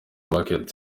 market